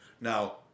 Now